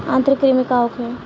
आंतरिक कृमि का होखे?